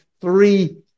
three